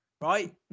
Right